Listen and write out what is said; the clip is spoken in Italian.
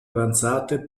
avanzate